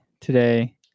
today